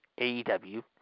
AEW